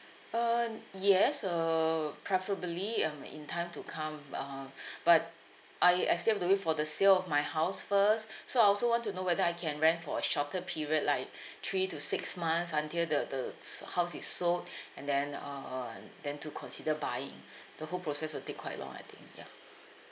um yes uh preferably um in time to come b~ uh but I I still have to wait for the sale of my house first so I also want to know whether I can rent for a shorter period like three to six months until the the s~ house is sold and then um then to consider buying the whole process will take quite long I think ya